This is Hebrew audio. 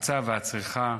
ההפצה והצריכה.